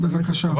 בבקשה.